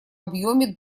объеме